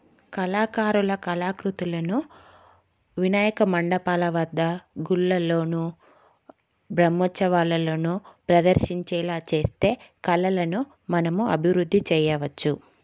కళాకారుల కళాకృతులను వినాయక మండపాల వద్ద గుళ్ళలోనూ బ్రహ్మోత్సవాలలోనూ ప్రదర్శించేలా చేస్తే కళలను మనము అభివృద్ధి చెయ్యవచ్చు